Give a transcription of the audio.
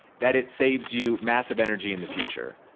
that it saves you massive energy in the future.